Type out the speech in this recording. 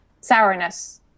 sourness